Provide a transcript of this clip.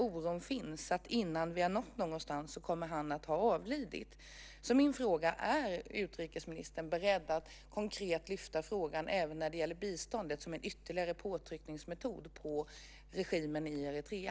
Oron finns att innan vi har nått någonstans kommer han att ha avlidit. Min fråga är: Är utrikesministern beredd att konkret lyfta fram frågan även när det gäller biståndet som en ytterligare påtryckningsmetod på regimen i Eritrea?